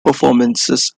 performances